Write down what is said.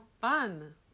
Fun